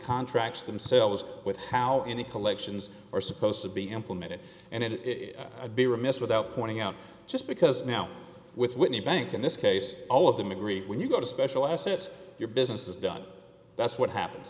contracts themselves with how any collections are supposed to be implemented and it would be remiss without pointing out just because now with whitney bank in this case all of them agree when you go to special assets your business is done that's what happen